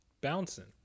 Bouncing